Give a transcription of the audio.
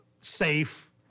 safe